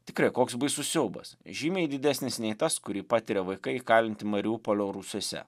tikrai koks baisus siaubas žymiai didesnis nei tas kurį patiria vaikai įkalinti mariupolio rūsiuose